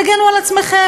תגנו על עצמכם.